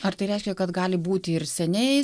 ar tai reiškia kad gali būti ir seniai